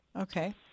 Okay